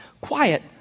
quiet